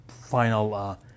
final